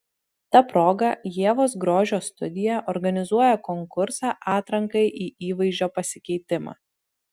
ta proga ievos grožio studija organizuoja konkursą atrankai į įvaizdžio pasikeitimą